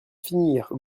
finir